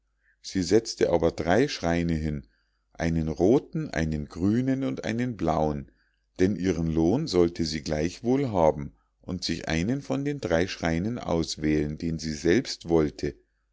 sie setzte aber drei schreine hin einen rothen einen grünen und einen blauen denn ihren lohn sollte sie gleichwohl haben und sich einen von den drei schreinen auswählen den sie selbst wollte